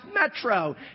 Metro